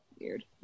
weird